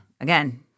Again